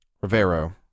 Rivero